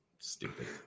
stupid